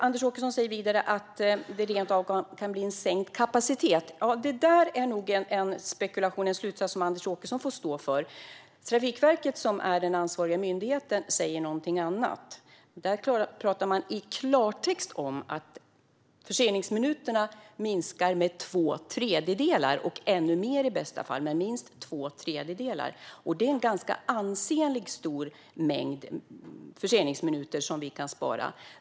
Anders Åkesson säger vidare att det rent av kan bli sänkt kapacitet. Det är nog en spekulation och en slutsats som Anders Åkesson får stå för. Trafikverket, som är den ansvariga myndigheten, säger någonting annat. Där talar man i klartext om att förseningsminuterna minskar med minst två tredjedelar, och i bästa fall ännu mer. Det är en ganska ansenlig mängd förseningsminuter vi kan spara.